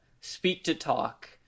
speak-to-talk